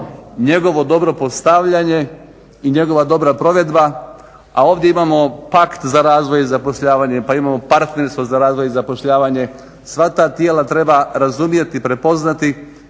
njegovo dobro postavljanje i njegova dobra provedba, a ovdje imamo pakt za razvoj i zapošljavanje, pa imamo partnerstvo za razvoj i zapošljavanje. Sva ta tijela treba razumjeti, prepoznati,